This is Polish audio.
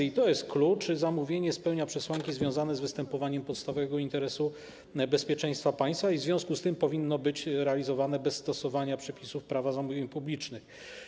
I to jest klucz: zamówienie spełnia przesłanki związane z występowaniem podstawowego interesu bezpieczeństwa państwa i w związku z tym powinno być realizowane bez stosowania przepisów Prawa zamówień publicznych.